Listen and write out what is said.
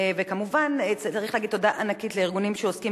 וכמובן צריך להגיד תודה ענקית לארגונים שעוסקים